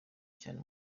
cyane